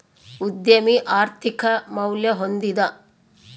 ಉದ್ಯಮಿ ಆರ್ಥಿಕ ಮೌಲ್ಯ ಹೊಂದಿದ